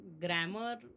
grammar